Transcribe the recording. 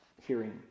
hearing